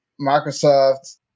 Microsoft